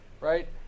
right